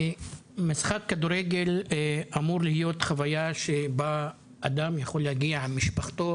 משחק כדורגל אמור להיות חוויה שבה אדם יכול להגיע עם משפחתו,